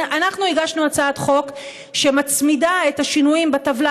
אנחנו הגשנו הצעת חוק שמצמידה את השינויים בטבלה